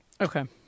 Okay